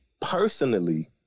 personally